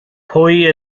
pwy